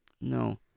no